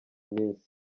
minsi